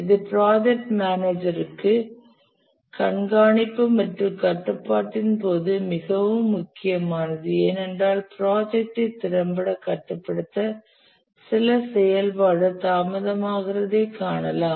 இது ப்ராஜெக்ட் மேனேஜர்க்கு கண்காணிப்பு மற்றும் கட்டுப்பாட்டின் போது மிகவும் முக்கியமானது ஏனென்றால் ஒரு ப்ராஜெக்ட் ஐ திறம்பட கட்டுப்படுத்த சில செயல்பாடு தாமதமாகிறதைக் காணலாம்